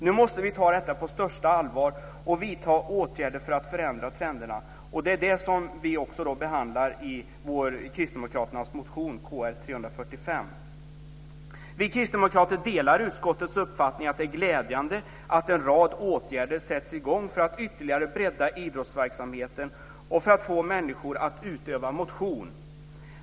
Nu måste vi ta detta på största allvar och vidta åtgärder för att förändra trenderna. Det är det som behandlas i kristdemokraternas motion Vi kristdemokrater delar utskottets uppfattning att det är glädjande att en rad åtgärder sätts i gång för att ytterligare bredda idrottsverksamheten och för att få människor att utöva motion.